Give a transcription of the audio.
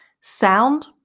Sound